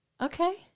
Okay